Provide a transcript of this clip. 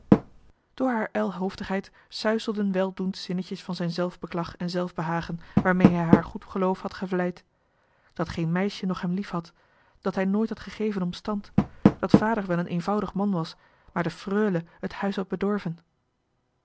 door haar ijlhoofdigheid suizelden weldoend zinnetjes van zijn zelfbeklag en zelfbehagen waarmee hij haar goed geloof had gevleid dat geen meisje nog hem lief had dat hij nooit had gegeven om stand dat vader wel een eenvoudig man was maar de freule het huis had bedorven